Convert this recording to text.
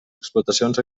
explotacions